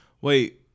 Wait